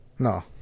No